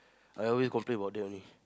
I always complain about that only